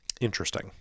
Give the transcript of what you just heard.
Interesting